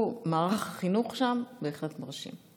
אתמול: מערך החינוך שם בהחלט מרשים.